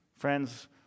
Friends